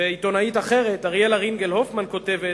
ועיתונאית אחרת, אריאלה רינגל-הופמן, כותבת: